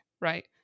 right